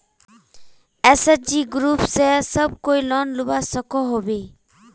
SHG group से सब कोई लोन लुबा सकोहो होबे?